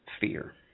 fear